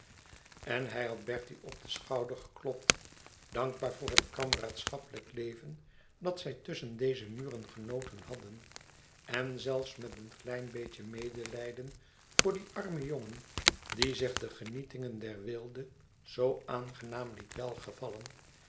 en hij had bertie op den schouder geklopt dankbaar voor het kameraadschappelijk leven dat zij tusschen deze muren genoten hadden en zelfs met een klein beetje medelijden voor dien armen jongen die zich de genietingen der weelde zoo aangenaam liet welgevallen